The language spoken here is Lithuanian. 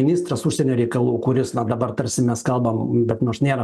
ministras užsienio reikalų kuris na dabar tarsi mes kalbam bemaž nėra